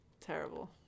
Terrible